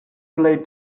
plej